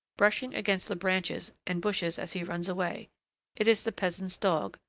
brushing against the branches and bushes as he runs away it is the peasant's dog,